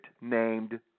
named